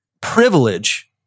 privilege